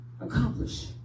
accomplish